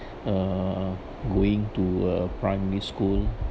uh going to a primary school